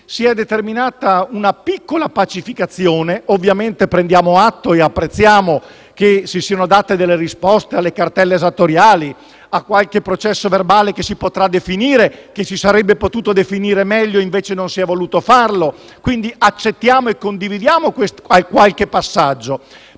si è determinata una piccola pacificazione. Ovviamente prendiamo atto e apprezziamo che si siano date delle risposte alle cartelle esattoriali, a qualche processo verbale che si potrà definire e che si sarebbe potuto definire meglio e che, invece, non si è voluto fare. Accettiamo e condividiamo qualche passaggio,